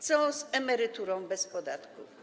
Co z emeryturą bez podatku?